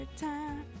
time